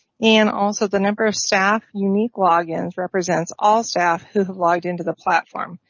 and also the number of staff unique logins represents all staff who who logged into the platform.